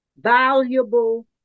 Valuable